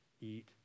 eat